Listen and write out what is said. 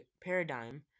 paradigm